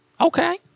Okay